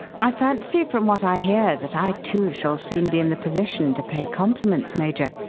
i fancy from what i hear that i, too, shall soon be in the position to pay compliments, major.